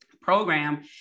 program